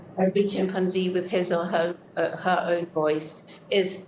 every chimpanzee with his or her ah her own voice is